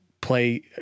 play